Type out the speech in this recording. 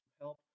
help